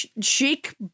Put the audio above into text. chic